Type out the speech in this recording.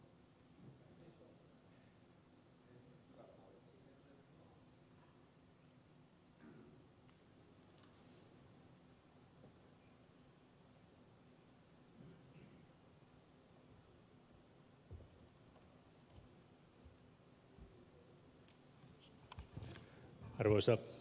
arvoisa puhemies